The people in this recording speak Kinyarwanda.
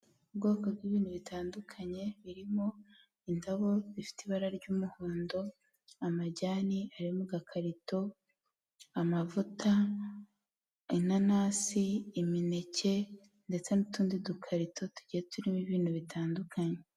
Ubwoko bw'ibintu bitandukanye birimo indabo bifite ibara ry'umuhondo, amajyani ari mu gakarito, amavuta, inanasi, imineke ndetse n'utundi dukarito tugiye turimo ibintu bitandukanye.